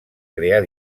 crear